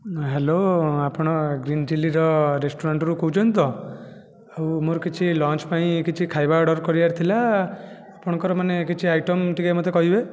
hello ଆପଣ green chilli ରେଷ୍ଟୁରାଣ୍ଟରୁ କହୁଛନ୍ତି ତ ଆଉ ମୋର କିଛି ଲଞ୍ଚ ପାଇଁ କିଛି ଖାଇବା ଅର୍ଡ଼ର କରିବାର ଥିଲା ଆପଣଙ୍କର ମାନେ କିଛି ଆଇଟମ୍ ଟିକିଏ ମୋତେ କହିବେ